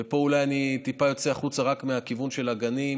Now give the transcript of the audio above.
ופה אולי אני טיפה יוצא החוצה מהכיוון של הגנים,